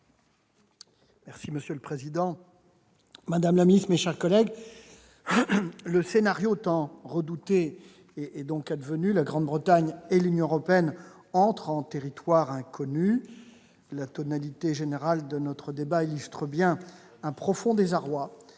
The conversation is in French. demande. Monsieur le président, madame la ministre, mes chers collègues, le scénario tant redouté est donc advenu. La Grande-Bretagne et l'Union européenne entrent en territoire inconnu. La tonalité générale de notre débat témoigne bien d'un profond désarroi,